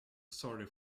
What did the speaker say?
sorry